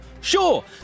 Sure